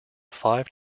five